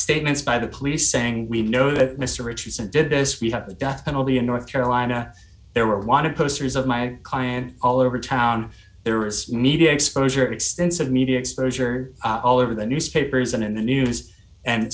statements by the police saying we know that mr richardson did this we have the death penalty in north carolina there were wanted posters of my client all over town there is media exposure extensive media exposure all over the newspapers and in the news and